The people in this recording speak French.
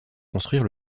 construire